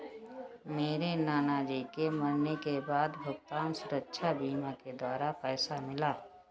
मेरे नाना जी के मरने के बाद भुगतान सुरक्षा बीमा के द्वारा पैसा मिला